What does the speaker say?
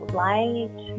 light